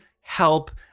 help